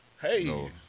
Hey